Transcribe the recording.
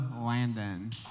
Landon